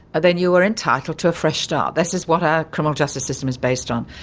then you are entitled to a fresh start. this is what our criminal justice system is based on.